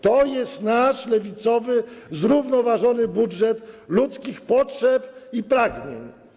To jest nasz lewicowy, zrównoważony budżet ludzkich potrzeb i pragnień.